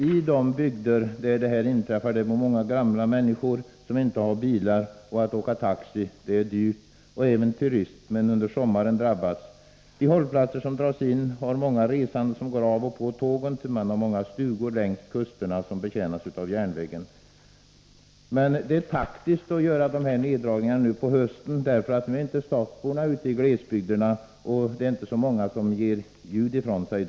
I de bygder där detta inträffar bor många gamla människor, som inte har bilar, och att åka taxi är dyrt. Även turismen under sommaren drabbas. De hållplatser som dras in har många resande som går av och på tågen, bl.a. på grund av att det finns många stugor längs kusten som betjänas av järnvägen. Det är emellertid taktiskt att göra neddragningarna nu på hösten. Nu är inte stadsborna ute i glesbygderna, och då är det inte så många som ger ljud ifrån sig.